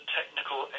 technical